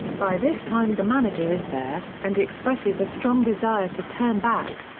by this time the manager is there, and expresses a strong desire to turn back.